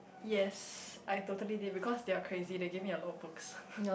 yes I totally did because they are crazy they give me a lot of books